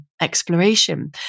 exploration